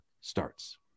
starts